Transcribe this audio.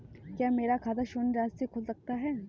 क्या मेरा खाता शून्य राशि से खुल सकता है?